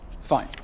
Fine